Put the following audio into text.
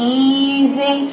easy